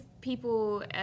people